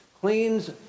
cleans